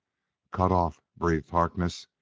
cut off! breathed harkness,